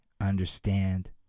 understand